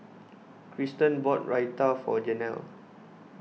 Kristen bought Raita for Janel